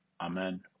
amen